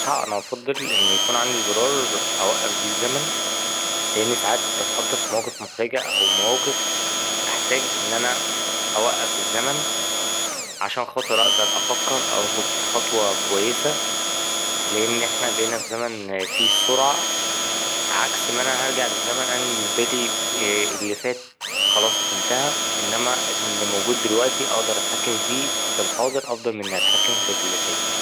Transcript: أنا أفضل اني يكون عندي زرار أوقف بيه الزمن لأني ساعات بتحط في مواقف محرجة أو مواقف أحتاج اني اوقف الزمن عشان خاطر اقدر افكر أو أخد خطوة كويسة لأن احنا بقينا في زمن فيه السرعة عكس ما انا هرجع للزمن أنا بالنسبالي اللي فات خلاص انتهي انما اللي موجود دلوقتي اقدر اتحكم فيه في الحاضر أفضل من اني اتحكم في اللي فات.